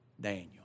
Daniel